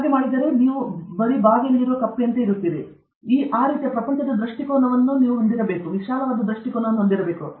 ಅಂದರೆ ಇದು ಚೆನ್ನಾಗಿ ಸರಿದ ಕಪ್ಪೆಯಂತೆ ಆ ರೀತಿಯ ಪ್ರಪಂಚದ ದೃಷ್ಟಿಕೋನವನ್ನು ನೀವು ಹೊಂದಿರಬೇಕು